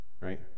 Right